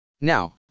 Now